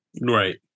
Right